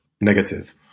negative